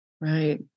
Right